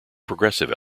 progressive